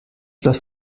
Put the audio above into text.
läuft